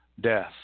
death